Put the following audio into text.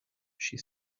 she